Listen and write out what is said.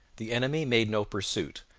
the enemy made no pursuit,